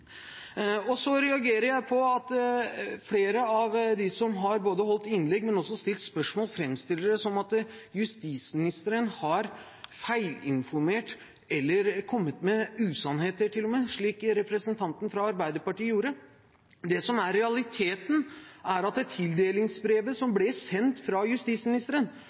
reagerer på at flere av dem som har holdt innlegg, men også stilt spørsmål, framstiller det som at justisministeren har feilinformert, eller til og med kommet med usannheter, slik representanten fra Arbeiderpartiet gjorde. Det som er realiteten, er at tildelingsbrevet ble sendt fra justisministeren.